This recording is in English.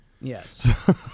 Yes